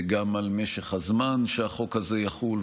וגם על משך הזמן שהחוק הזה יחול.